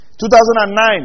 2009